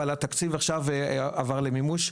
אבל התקציב עכשיו עבר למימוש,